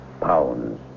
pounds